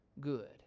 good